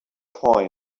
points